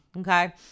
okay